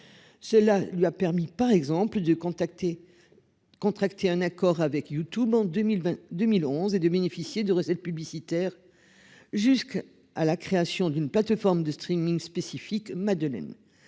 Cela lui a permis par exemple de contacter. Contracté un accord avec YouTube en 2022 1011 et de bénéficier de recettes publicitaires. Jusqu'à la création d'une plateforme de streaming spécifique Madeleine.